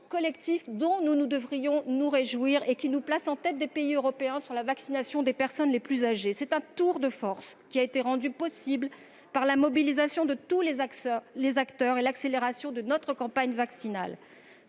collectif dont nous devrions nous réjouir et qui nous place en tête des pays européens sur la vaccination des personnes les plus âgées. C'est un tour de force, rendu possible par la mobilisation de tous les acteurs et par l'accélération de notre campagne vaccinale.